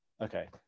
okay